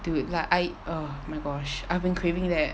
dude like I ugh my gosh I've been craving that